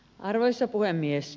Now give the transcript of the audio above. arvoisa puhemies